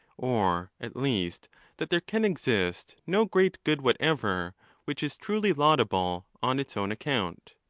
or at least that there can exist no great good whatever which is truly laudable on its own account.